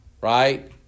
right